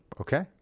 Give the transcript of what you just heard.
Okay